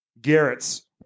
Garrett's